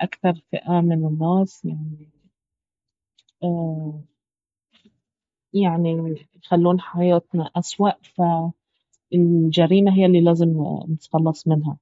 اكثر فئة من الناس يعني يعني يخلون حياتنا اسوء فالجريمة اهي الي لازم نتخلص منها